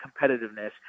competitiveness